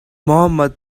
mohamed